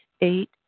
Eight